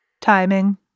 Timing